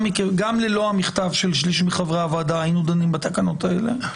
גם ללא המכתב של שליש מחברי הוועדה היינו דנים בתקנות האלה,